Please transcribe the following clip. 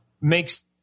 makes